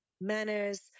manners